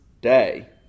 day